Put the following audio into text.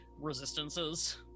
resistances